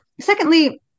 Secondly